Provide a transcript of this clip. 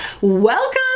Welcome